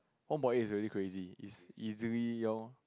one point eight is really crazy is easily your